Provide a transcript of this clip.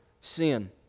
sin